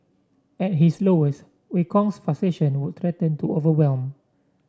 at his lowest Wei Kong's frustration would threaten to overwhelm